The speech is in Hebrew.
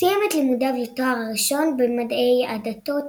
סיים את לימודיו לתואר הראשון במדעי הדתות,